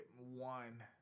one